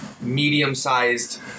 medium-sized